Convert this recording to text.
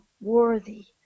worthy